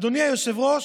אדוני היושב-ראש,